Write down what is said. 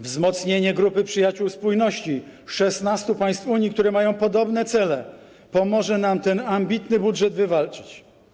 Wzmocnienie grupy Przyjaciół Spójności, 16 państw Unii, które mają podobne cele, pomoże nam ten ambitny budżet wywalczyć.